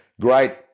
Great